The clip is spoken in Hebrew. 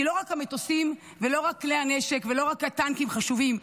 כי לא רק המטוסים ולא רק כלי הנשק ולא רק הטנקים חשובים,